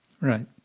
Right